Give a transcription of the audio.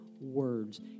words